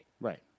Right